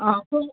ꯑꯥ